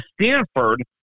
Stanford